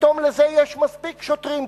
פתאום לזה יש מספיק שוטרים,